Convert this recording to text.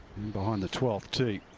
behind the twelfth tee.